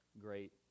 great